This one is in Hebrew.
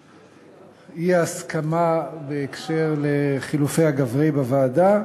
האי-הסכמה בהקשר של חילופי הגברי בוועדה,